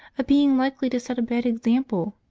a being likely to set a bad example,